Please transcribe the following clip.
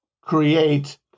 create